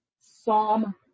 psalm